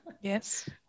Yes